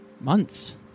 months